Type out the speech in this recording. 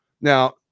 Now